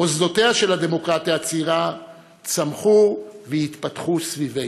מוסדותיה של הדמוקרטיה הצעירה צמחו והתפתחו סביבנו.